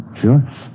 Sure